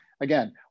again